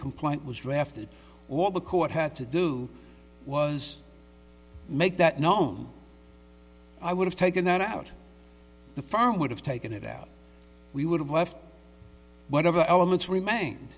complaint was drafted or the court had to do was make that known i would have taken that out the firm would have taken it out we would have left whatever elements remaine